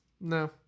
no